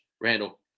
Randall